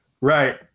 right